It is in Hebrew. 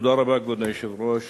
כבוד היושב-ראש,